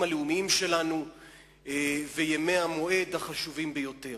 הלאומיים שלנו וימי המועד החשובים ביותר.